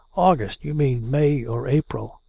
august. you mean may or april.